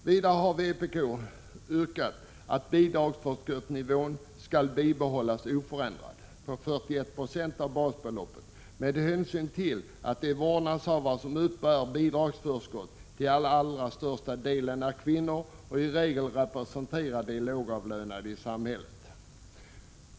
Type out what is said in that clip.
Vidare har vpk yrkat att bidragsförskottsnivån skall bibehållas oförändrad med 41 96 av basbeloppet med hänsyn till att de vårdnadshavare som uppbär bidragsförskott till allra största delen är kvinnor och i regel representerar de lågavlönade i samhället.